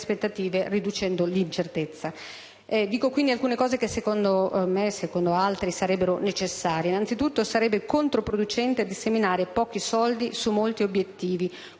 alcuni interventi che, secondo me e altri, sarebbero necessari. Innanzitutto, sarebbe controproducente disseminare pochi soldi su molti obiettivi